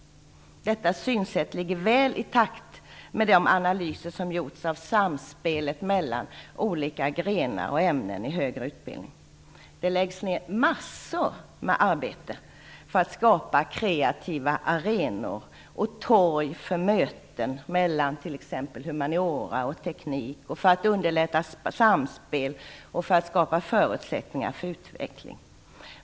Detta synsätt ligger väl i linje med de analyser som gjorts av samspelet mellan olika grenar och ämnen i högre utbildning. Det läggs ned massor av arbete för att skapa kreativa arenor och torg för möten mellan t.ex. humaniora och teknik för att underlätta samspel och skapa förutsättningar för utveckling.